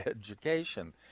Education